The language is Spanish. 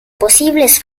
posibles